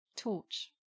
torch